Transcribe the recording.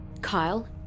Kyle